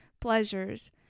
pleasures